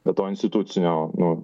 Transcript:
be to institucinio nu